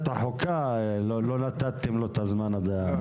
החוקה לא נתתם לו את הזמן הדרוש.